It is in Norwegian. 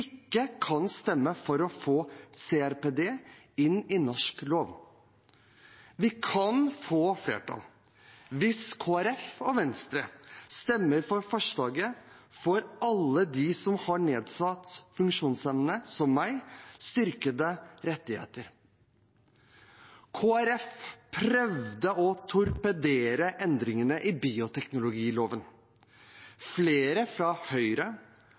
kan stemme for å få CRPD inn i norsk lov. Vi kan få flertall. Hvis Kristelig Folkeparti og Venstre stemmer for forslaget, får alle de som har nedsatt funksjonsevne, som meg, styrkede rettigheter. Kristelig Folkeparti prøvde å torpedere endringene i bioteknologiloven. Flere fra Høyre